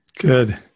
good